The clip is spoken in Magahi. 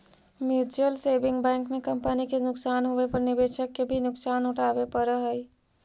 म्यूच्यूअल सेविंग बैंक में कंपनी के नुकसान होवे पर निवेशक के भी नुकसान उठावे पड़ऽ हइ